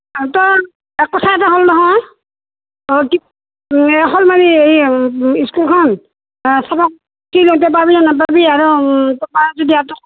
তই কথা এটা হ'ল নহয় অ এই স্কুলখন আৰু তাৰ যদি